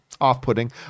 off-putting